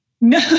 no